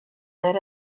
that